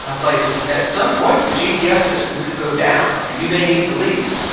ah places, at some point the gps system could go down and you may need to leave.